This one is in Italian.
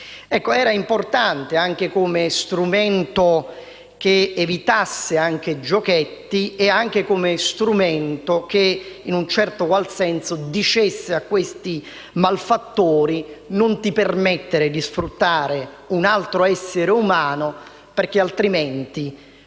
era importante, anche come strumento che evitasse giochetti e che, in un certo qual senso, dicesse a questi malfattori: non ti permettere di sfruttare un altro essere umano, perché altrimenti